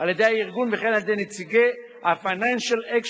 על-ידי הארגון וכן על-ידי נציגי ה-Financial Action